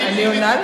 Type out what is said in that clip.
אני עונה לך.